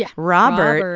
yeah robert,